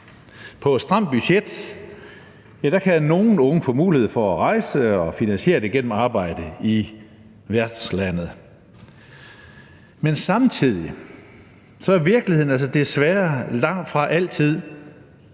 På et stramt budget kan nogle unge få mulighed for at rejse og finansiere det gennem arbejde i værtslandet. Men samtidig er virkeligheden altså desværre langtfra altid